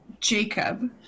Jacob